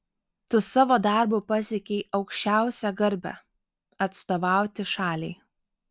tu savo darbu pasiekei aukščiausią garbę atstovauti šaliai